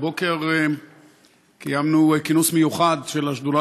הבוקר קיימנו כינוס מיוחד של השדולה